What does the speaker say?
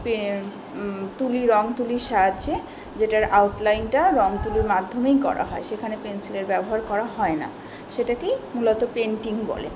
pay তুলি রঙ তুলির সাহায্যে যেটার আউট লাইনটা রঙ তুলির মাধ্যমেই করা হয় সেখানে পেন্সিলের ব্যবহার করা হয় না সেটাকেই মূলত পেন্টিং বলে